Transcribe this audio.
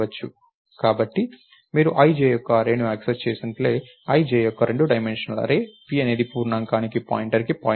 కాబట్టి మీరు i j యొక్క అర్రేని యాక్సెస్ చేసినట్లే i j యొక్క రెండు డైమెన్షనల్ అర్రే p అనేది పూర్ణాంకానికి పాయింటర్కి పాయింటర్